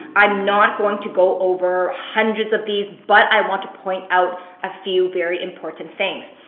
i am not going to go over hundreds of these but i want to point out a few very important things.